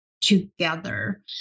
together